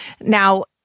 Now